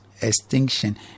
extinction